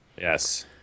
Yes